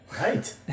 Right